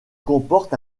comporte